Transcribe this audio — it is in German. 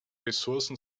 ressourcen